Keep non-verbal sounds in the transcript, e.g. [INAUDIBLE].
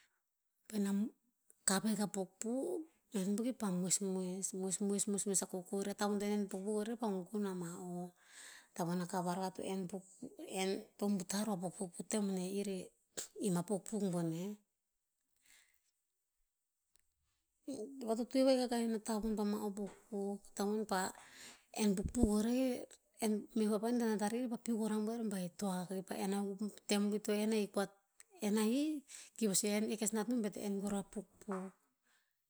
Paena kap ahik a pukpuk, bihaen po kipah moesmoes, moesmoes, moesmoes a kokori. Tavon to enen pukpuk rer pa gogon o ama oh. Tavon a kavar akah to en [UNINTELLIGIBLE] to butar o a pukpuk po tem boneh ir he im a pukpuk boneh. Vatotoe vahik akah ina tavon pah ma o pukpuk. Tavon pah en pukpuk o rer, en, meh papan hikta nat arer i pa piuk rabuer ba e toa. [UNINTELLIGIBLE] tem po i to en ahik po, en ahik, ki pah sue, [UNINTELLIGIBLE] e kes nat enom be to en kuruh a pukpuk.